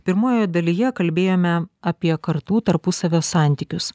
pirmojoje dalyje kalbėjome apie kartų tarpusavio santykius